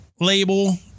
label